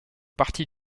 partie